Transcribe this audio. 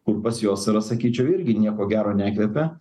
kur pas juos yra sakyčiau irgi nieko gero nekvepia